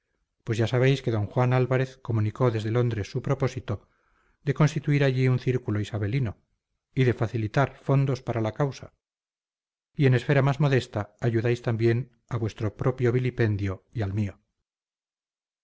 pues ya sabéis que d juan álvarez comunicó desde londres su propósito de constituir allí un círculo isabelino y de facilitar fondos para la causa y en esfera más modesta ayudáis también a vuestro propio vilipendio y al mío